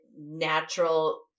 natural